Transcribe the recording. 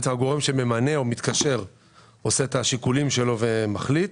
בעצם הגורם שממנה או מתקשר עושה את השיקולים שלו ומחליט.